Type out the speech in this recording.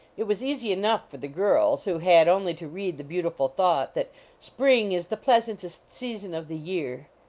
it was easy enough for the girls, who had only to read the beautiful thought that spring is the pleasantest season of the year.